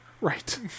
Right